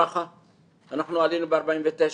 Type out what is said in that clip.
ברכה, אנחנו עלינו ב-49',